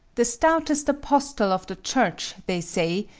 the stoutest apostle of the church, they say,